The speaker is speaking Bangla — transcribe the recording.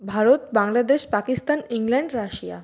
Bharat Bangladesh Pakistan England Russia